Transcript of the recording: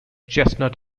chestnut